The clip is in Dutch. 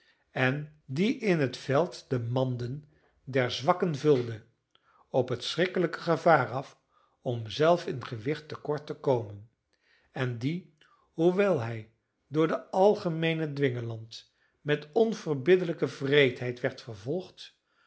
en die in het veld de manden der zwakken vulde op het schrikkelijke gevaar af om zelf in gewicht te kort te komen en die hoewel hij door den algemeenen dwingeland met onverbiddelijke wreedheid werd vervolgd